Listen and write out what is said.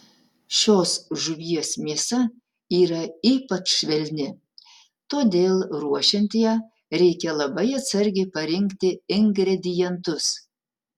šios žuvies mėsa yra ypač švelni todėl ruošiant ją reikia labai atsargiai parinkti ingredientus